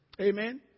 amen